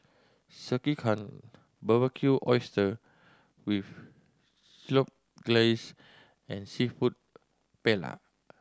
Sekihan Barbecued Oyster with Chipotle Glaze and Seafood Paella